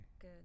good